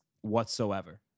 whatsoever